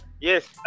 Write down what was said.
yes